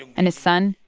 and his son,